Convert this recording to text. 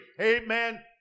Amen